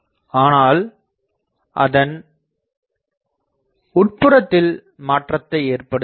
ஆனால் அதன் உட்புறத்தில் மாற்றத்தை ஏற்படுத்துகிறது